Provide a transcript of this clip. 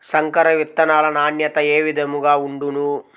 సంకర విత్తనాల నాణ్యత ఏ విధముగా ఉండును?